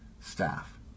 staff